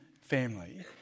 family